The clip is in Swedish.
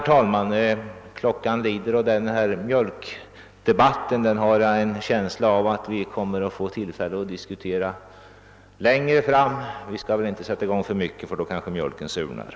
Tiden lider, och jag har en känsla av att vi kommer att få tillfälle att föra en mjölkdebatt längre fram. Vi skall därför kanske inte tala för mycket nu, eftersom mjölken då kan surna.